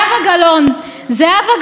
קבעה במופת, תדייקי.